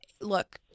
look